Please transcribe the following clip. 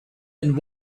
and